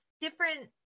different